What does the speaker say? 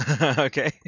Okay